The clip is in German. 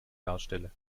darstelle